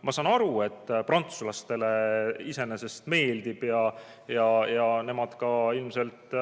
Ma saan aru, et prantslastele see iseenesest meeldib ja nemad ka ilmselt